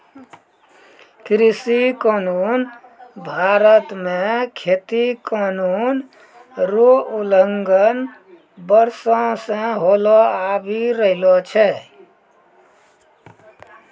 कृषि कानून भारत मे खेती कानून रो उलंघन वर्षो से होलो आबि रहलो छै